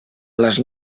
les